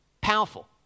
powerful